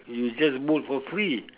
you just bowl for free